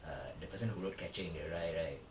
err the person who wrote catcher in the rye right